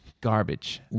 garbage